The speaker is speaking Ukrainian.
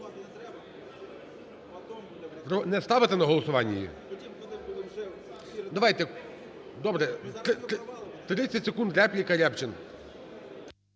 Не ставити на голосування її? Давайте… Добре, 30 секунд, репліка –Рябчин.